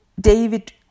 David